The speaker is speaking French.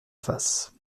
face